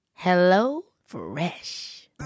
HelloFresh